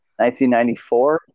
1994